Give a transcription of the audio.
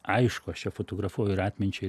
aišku aš čia fotografuoju ir atminčiai